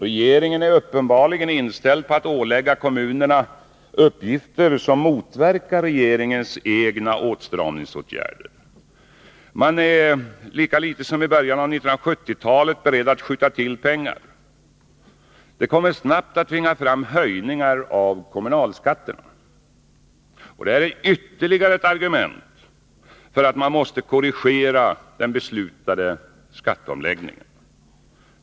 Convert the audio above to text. Regeringen är uppenbarligen inställd på att ålägga kommunerna uppgifter som motverkar regeringens egna åtstramningsåtgärder. Men man är lika litet som i början av 1970-talet beredd att skjuta till pengar. Det kommer snabbt att tvinga fram höjningar av kommunalskatterna. Det är ytterligare ett argument för att korrigera den beslutade skatteom läggningen.